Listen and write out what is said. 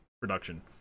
production